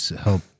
help